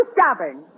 stubborn